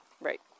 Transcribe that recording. right